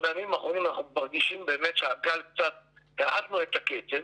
בימים האחרונים אנחנו מרגישים באמת שהאטנו את הקצב,